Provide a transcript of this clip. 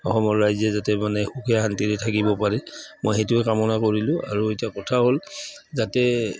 অসমৰ ৰাইজে যাতে মানে সুখে শান্তিৰে থাকিব পাৰে মই সেইটোৱে কামনা কৰিলোঁ আৰু এতিয়া কথা হ'ল যাতে